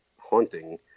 haunting